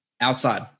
Outside